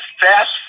fast